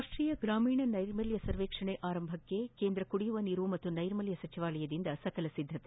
ರಾಷ್ವೀಯ ಗ್ರಾಮೀಣ ನೈರ್ಮಲ್ಯ ಸರ್ವೇಕ್ಷಣೆ ಆರಂಭಕ್ಷೆ ಕೇಂದ್ರ ಕುಡಿಯುವ ನೀರು ಮತ್ತು ನೈರ್ಮಲ್ಯ ಸಚಿವಾಲಯದಿಂದ ಸಕಲ ಸಿದ್ದತೆ